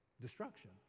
destruction